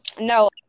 No